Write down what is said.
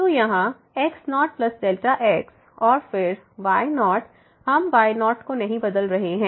तो यहाँ x0Δx और फिर y0 हम y0 को नहीं बदल रहे हैं